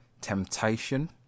temptation